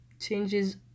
changes